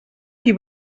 qui